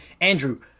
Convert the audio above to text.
Andrew